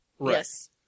Yes